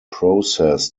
process